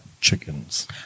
chickens